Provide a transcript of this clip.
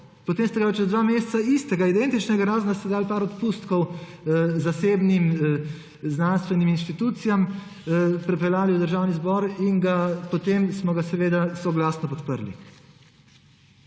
potem ste ga pa čez dva meseca istega, identičnega, razen da ste dali nekaj odpustkov zasebnim znanstvenim inštitucijam, pripeljali v Državni zbor in potem smo ga seveda soglasno podprli.